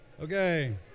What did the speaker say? Okay